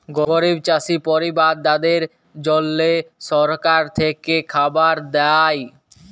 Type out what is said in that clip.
গরিব চাষী পরিবারদ্যাদের জল্যে সরকার থেক্যে খাবার দ্যায়